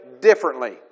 differently